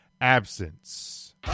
absence